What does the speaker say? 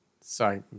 Sorry